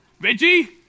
Reggie